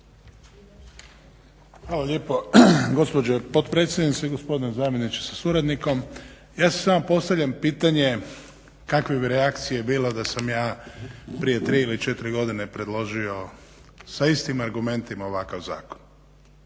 Hvala lijepo gospođo potpredsjednice, gospodine zamjeniče sa suradnikom. Ja si samo postavljam pitanje kakve bi reakcije bilo da sam ja prije 3 ili 4 godine predložio sa istim argumentima ovakav zakon.